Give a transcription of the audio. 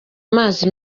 amazi